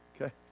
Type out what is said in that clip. okay